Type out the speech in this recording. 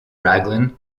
raglan